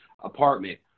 apartment